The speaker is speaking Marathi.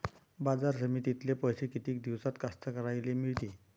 बाजार समितीतले पैशे किती दिवसानं कास्तकाराइले मिळते?